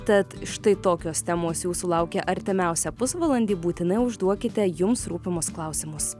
tad štai tokios temos jūsų laukia artimiausią pusvalandį būtinai užduokite jums rūpimus klausimus